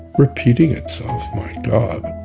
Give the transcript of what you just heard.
repeating itself, my god